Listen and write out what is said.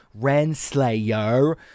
Renslayer